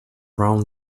around